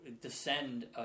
descend